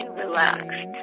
relaxed